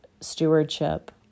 stewardship